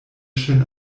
ŝin